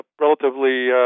relatively